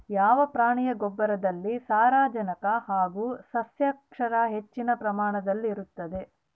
ಯಾವ ಪ್ರಾಣಿಯ ಗೊಬ್ಬರದಲ್ಲಿ ಸಾರಜನಕ ಹಾಗೂ ಸಸ್ಯಕ್ಷಾರ ಹೆಚ್ಚಿನ ಪ್ರಮಾಣದಲ್ಲಿರುತ್ತದೆ?